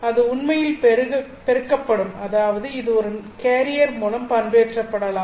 அது உண்மையில் பெருக்கப்படும் அதாவது இது ஒரு கேரியர் மூலம் பண்பேற்றப்படலாம்